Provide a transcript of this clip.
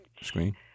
screen